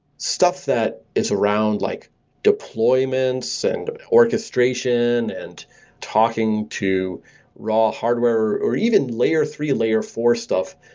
stuff that is around, like deployments and orchestration and talking to raw hardware, or even layer three, layer four stuff.